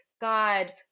God